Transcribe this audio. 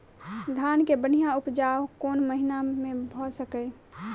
धान केँ बढ़िया उपजाउ कोण महीना मे भऽ सकैय?